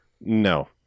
no